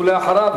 ואחריו,